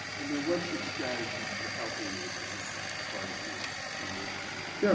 and then what's your strategy for helping the democratic party here in north carolina? yeah